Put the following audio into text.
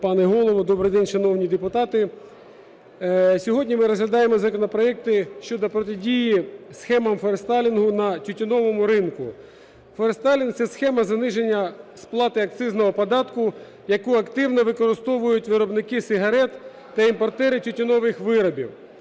Добрий день, пане Голово! Добрий день, шановні депутати! Сьогодні ми розглядаємо законопроекти щодо протидії схемам форестелінгу на тютюновому ринку. Форестелінг – це схема заниження сплати акцизного податку, яку активно використовують виробники сигарет та імпортери тютюнових виробів.